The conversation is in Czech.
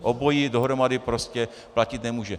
Obojí dohromady prostě platit nemůže.